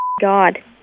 God